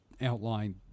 outline